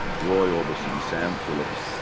roy orbison, sam philip,